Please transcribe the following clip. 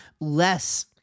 less